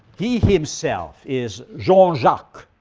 he he himself is jean jacques,